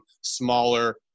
smaller